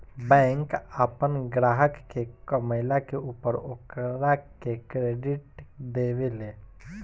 bank आपन ग्राहक के कमईला के ऊपर ओकरा के क्रेडिट देवे ले